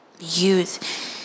youth